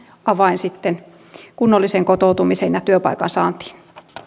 avain kunnolliseen kotoutumiseen ja työpaikan saantiin